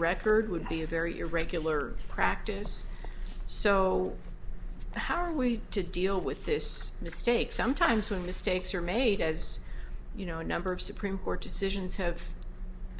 record would be a very irregular practice so so how are we to deal with this mistake sometimes when mistakes are made as you know a number of supreme court decisions have